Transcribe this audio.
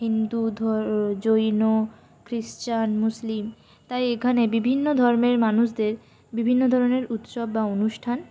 Hindu Jain Christian Muslim তাই এখানে বিভিন্ন ধর্মের মানুষদের বিভিন্ন ধরনের উৎসব বা অনুষ্ঠান